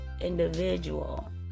individual